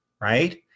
right